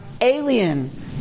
alien